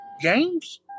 games